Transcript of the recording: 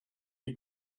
die